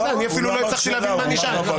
אבל אני אפילו לא הצלחתי להבין מה נשאל.